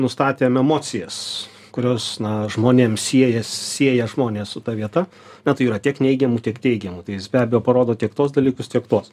nustatėm emocijas kurios na žmonėms siejas sieja žmonės su ta vieta na tai jų yra tiek neigiamų tiek teigiamų tai jis be abejo parodo tiek tuos dalykus tiek to